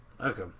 Okay